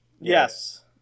Yes